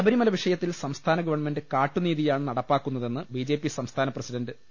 ശബരിമല് വിഷയത്തിൽ സംസ്ഥാന ഗവൺമെന്റ് കാട്ടുനീതിയാണ് നടപ്പാക്കുന്നതെന്ന് ബിജെപി സംസ്ഥാന പ്രസിഡന്റ് പി